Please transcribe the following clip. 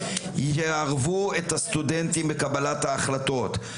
יערבו את הסטודנטים בקבלת ההחלטות.